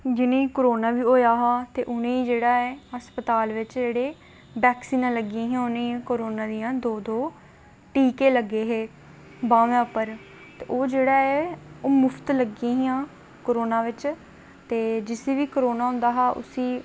जि'नेंगी कोरोना होया हा ते उ'नेंगी हस्पताल च जेह्ड़े वैक्सीनां लग्गियां हियां उ'नेंगी दौ दौ टीके लग्गे हे बाह्में पर ते ओह् जेह्ड़ा ऐ ते ओह् मुफ्त लग्गियां हियां कोरोना बिच ते जिसी बी कोरोना होंदा हा उसी